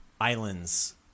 islands